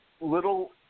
little